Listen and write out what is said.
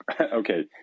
okay